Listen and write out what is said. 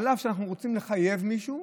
אף שאנחנו רוצים לחייב מישהו,